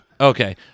Okay